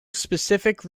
specific